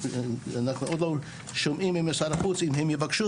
אנחנו עוד לא שומעים ממשרד החוץ אם הם יבקשו